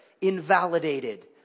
...invalidated